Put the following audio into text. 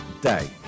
Day